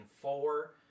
four